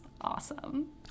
awesome